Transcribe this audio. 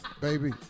Baby